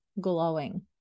glowing